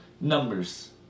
Numbers